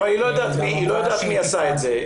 אבל היא לא יודעת מי עשה את זה.